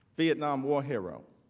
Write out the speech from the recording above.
vietnam war hero.